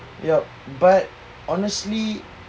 yup but honestly